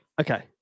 Okay